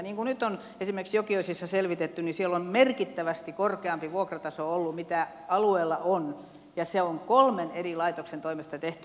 niin kuin nyt on esimerkiksi jokioisissa selvitetty niin siellä on merkittävästi korkeampi vuokrataso ollut kuin alueella on ja se on kolmen eri laitoksen toimesta tehty